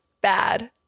bad